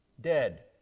Dead